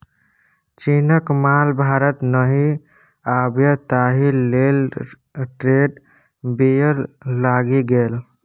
चीनक माल भारत नहि आबय ताहि लेल ट्रेड बैरियर लागि गेल